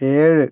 ഏഴ്